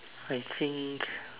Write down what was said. I think